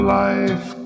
life